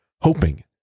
hoping